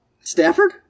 Stafford